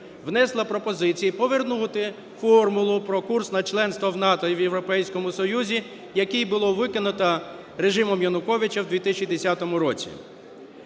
внесла пропозиції повернути формулу про курс на членство в НАТО і в Європейському Союзі, який було викинуто режимом Януковича в 2010 році.